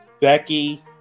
becky